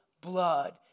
blood